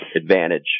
advantage